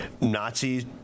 Nazis